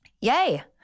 Yay